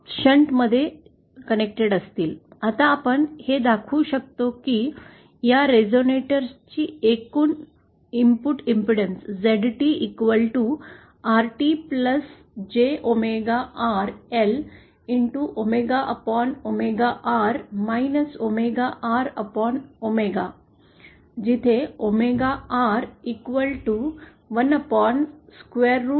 आता आपण हे दाखवू शकतो की या रेझोनेटरची एकूण इनपुट अडथळा ZT RT J omega RL omega R omega omega R omega जिथे ओमेगा R 1 स्क्वेअर रूट आहे